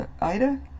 Ida